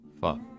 Fuck